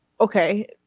Okay